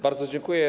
Bardzo dziękuję.